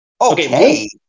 Okay